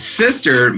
sister